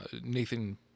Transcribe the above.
Nathan